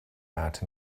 out